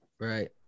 Right